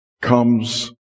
comes